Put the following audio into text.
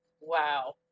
Wow